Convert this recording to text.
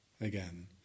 again